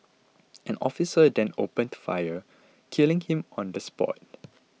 an officer then opened fire killing him on the spot